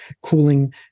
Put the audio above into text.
cooling